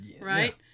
Right